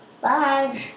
Bye